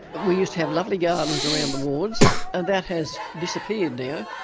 but we used to have lovely gardens around the wards and that has disappeared now.